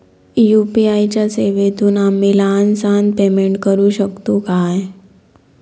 UPI च्या सेवेतून आम्ही लहान सहान पेमेंट करू शकतू काय?